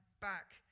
back